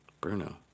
Bruno